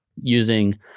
using